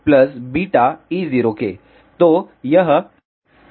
तो यह A eie0 है